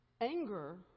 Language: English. Anger